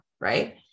Right